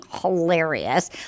hilarious